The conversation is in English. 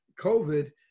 COVID